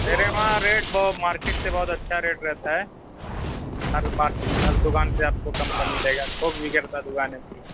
میرے وہاں rate market سے بہت اچھا ریٹ رہتا ہے اور ہر دُکان سے آپ کو کم کا مِلے گا تھوک وکریتا دُکان ہے میری